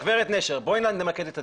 לא, גב' נשר, בואי נמקד את הדיון.